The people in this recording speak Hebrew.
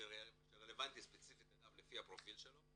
ורלבנטי אליו ספציפית לפי הפרופיל שלו.